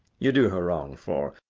you do her wrong for,